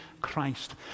Christ